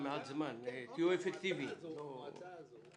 המועצה הזו,